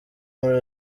muri